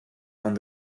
van